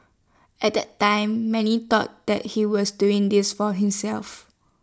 at that time many thought that he was doing this for himself